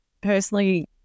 personally